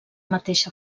mateixa